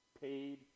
Paid